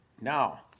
Now